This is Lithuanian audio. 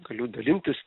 galiu dalintis